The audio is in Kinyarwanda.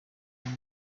kuko